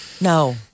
No